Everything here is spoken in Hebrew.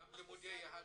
גם לימודי יהדות.